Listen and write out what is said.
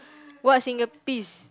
what single piece